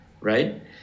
right